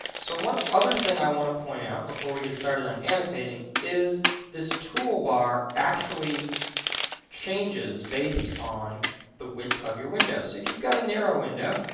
so one other thing i wanna point out before we get started on annotating is this toolbar actually changes based on the width of your window. so if you've got a narrow window,